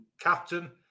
captain